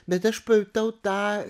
bet aš pajutau tą